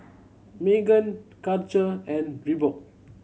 Megan Karcher and Reebok